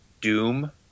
Doom